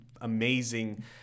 amazing